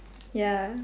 ya